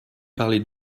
parler